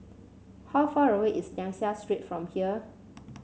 how far away is Liang Seah Street from here